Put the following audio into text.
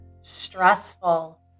stressful